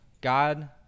God